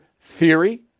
theory